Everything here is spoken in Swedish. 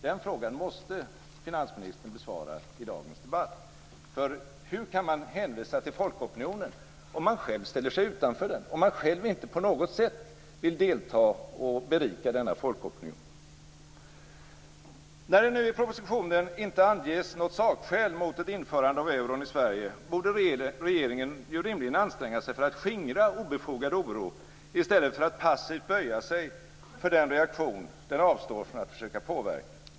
Den frågan måste finansministern besvara i dagens debatt. Hur kan man hänvisa till folkopinionen om man själv ställer sig utanför den, om man själv inte på något sätt vill delta och berika denna folkopinion? När det nu i propositionen inte anges något sakskäl mot ett införande av euron i Sverige, borde regeringen rimligen anstränga sig för att skingra obefogad oro i stället för att passivt böja sig för den reaktion den avstår från att försöka påverka.